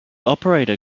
operator